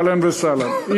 אהלן וסהלן,